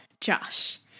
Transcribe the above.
Josh